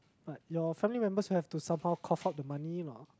but your family members will have to somehow cough out the money lah